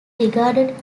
regarded